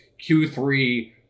Q3